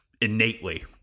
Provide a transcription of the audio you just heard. innately